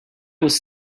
was